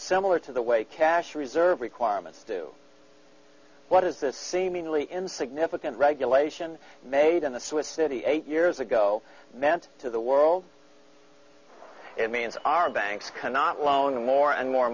similar to the way cash reserve requirements do what is the seemingly insignificant regulation made in the swiss city eight years ago meant to the world it means our banks cannot loan them more and more